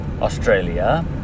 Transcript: Australia